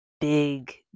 big